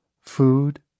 Food